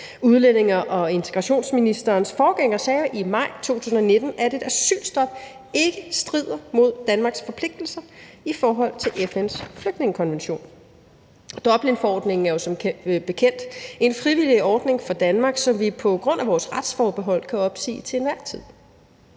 Udlændinge- og integrationsministerens forgænger sagde i maj 2019, at et asylstop ikke strider mod Danmarks forpligtelser i forhold til FN's flygtningekonvention, og Dublinforordningen er jo som bekendt en frivillig ordning for Danmark, som vi på grund af vores retsforbehold kan opsige til enhver tid.